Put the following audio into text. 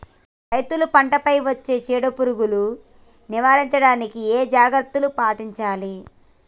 రైతులు పంట పై వచ్చే చీడ పురుగులు నివారించడానికి ఏ జాగ్రత్తలు పాటించాలి?